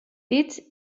dit